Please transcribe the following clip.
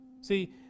See